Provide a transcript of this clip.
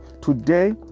today